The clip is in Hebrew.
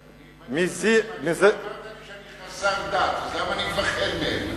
אמרת שאני חסר דת, אז למה אני מפחד מהם?